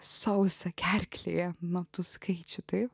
sausą gerklę nuo tų skaičių tai